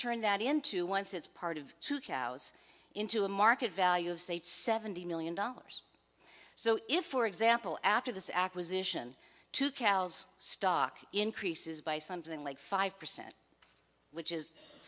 turn that into once it's part of two cows into a market value of states seventy million dollars so if for example after this acquisition two cows stock increases by something like five percent which is